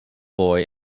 boy